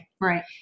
Right